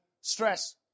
stress